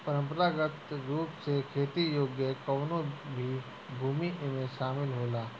परंपरागत रूप से खेती योग्य कवनो भी भूमि एमे शामिल होला